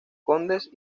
condes